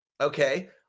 okay